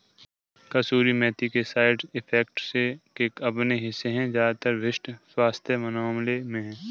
कसूरी मेथी के side effects के अपने हिस्से है ज्यादातर विशिष्ट स्वास्थ्य मामलों में है